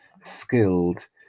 skilled